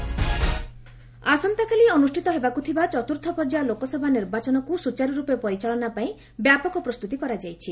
campaigning ଆସନ୍ତାକାଲି ଅନୁଷ୍ଠିତ ହେବାକୁ ଥିବା ଚତୁର୍ଥ ପର୍ଯ୍ୟାୟ ଲୋକସଭା ନିର୍ବାଚନକୁ ସୁଚାରୁରୂପେ ପରିଚାଳନାପାଇଁ ବ୍ୟାପକ ପ୍ରସ୍ତୁତି କରାଯାଇଛି